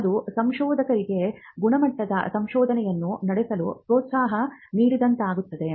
ಅದು ಸಂಶೋಧಕರಿಗೆ ಗುಣಮಟ್ಟದ ಸಂಶೋಧನೆಯನ್ನು ನಡೆಸಲು ಪ್ರೋತ್ಸಾಹ ನೀಡಿದಂತಾಗುತ್ತದೆ